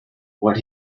what